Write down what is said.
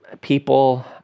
people